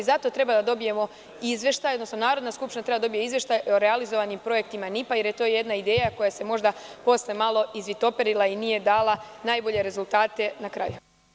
Zato treba da dobijemo izveštaje, odnosno Narodna skupština treba da dobije izveštaje o realizovanim projektima NIP-a, jer je to jedna ideja koja se možda posle malo izvitoperila i nije dala najbolje rezultate na kraju.